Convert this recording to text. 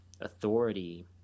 authority